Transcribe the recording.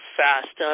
fast